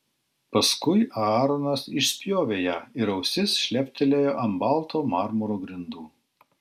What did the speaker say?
paskui aaronas išspjovė ją ir ausis šleptelėjo ant balto marmuro grindų